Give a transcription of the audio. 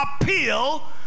appeal